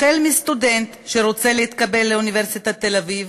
סטודנט שרוצה להתקבל לאוניברסיטת תל-אביב,